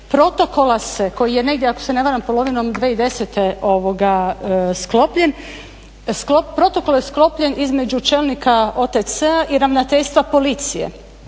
protokola se koji je negdje ako se ne varam polovinom 2010. sklopljen protokol je sklopljen između čelnika OTC-a i ravnateljstva Policije.